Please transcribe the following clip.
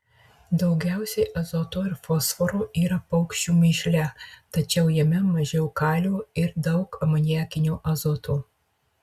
daugiausiai azoto ir fosforo yra paukščių mėšle tačiau jame mažiau kalio ir daug amoniakinio azoto